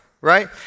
right